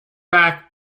back